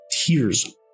tears